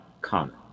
common